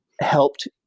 helped